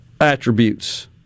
attributes